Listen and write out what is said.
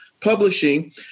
publishing